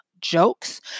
jokes